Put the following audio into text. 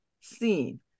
seen